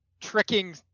tricking